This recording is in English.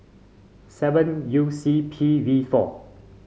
seven U C P V four